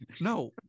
No